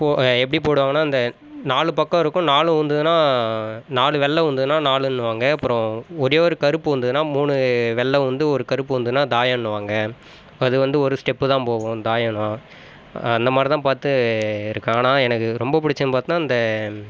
போ எப்படி போடுவாங்கன்னால் இந்த நாலு பக்கம் இருக்கும் நாலு உழுந்துதுனா நாலு வெள்ள உழுந்துதுனா நாலுன்னு வாங்க அப்புறம் ஒரே ஒரு கருப்பு உழுந்துதுனா மூணு வெள்ளை உழுந்து ஒரு கருப்பு உழுந்துதுனா தாயன்னுவாங்க அது வந்து ஒரு ஸ்டெப்பு தான் போகும் தாயன்னா அந்தமாதிரி தான் பார்த்து இருக்கேன் ஆனால் எனக்கு ரொம்ப பிடிச்சதுன்னு பார்த்தோன்னா இந்த